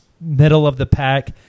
middle-of-the-pack